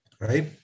right